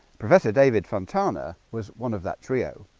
professor david fontana was one of that trio